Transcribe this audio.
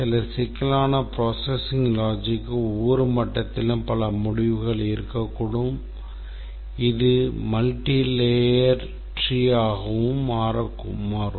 சில சிக்கலான processing logicகு ஒவ்வொரு மட்டத்திலும் பல முடிவுகள் இருக்கக்கூடும் இது multilayer treeமாக மாறும்